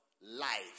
life